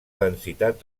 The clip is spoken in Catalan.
densitat